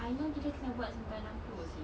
I know kita kena buat sampai enam puluh seh